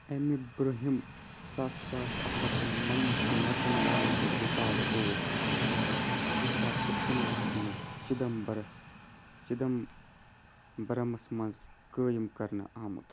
اَمہِ برُنٛہِم سَتھ ساس اَکھ ہَتھ تہٕ نَمَتھ نژن والین ہُنٛد رِکارڈ اوس زٕ ساس تہٕ کُنوُہس منٛز چِدَمبرَس چِدَمبَرمَس منٛز قٲیِم کرنہٕ آمُت